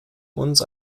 uns